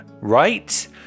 right